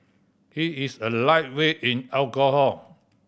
he is a lightweight in alcohol